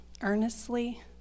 earnestly